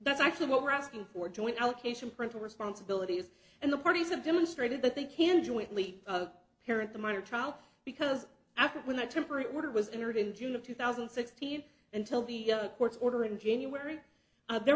that's actually what we're asking for joint allocation parental responsibilities and the parties have demonstrated that they can jointly parent the minor trial because after when a temporary order was entered in june of two thousand and sixteen until the courts order in january there